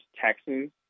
Texans